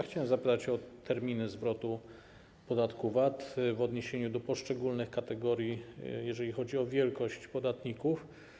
Chciałem zapytać o terminy zwrotu podatku VAT w odniesieniu do poszczególnych kategorii, jeżeli chodzi o wielkość podatników.